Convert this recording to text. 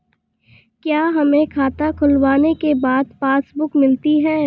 क्या हमें खाता खुलवाने के बाद पासबुक मिलती है?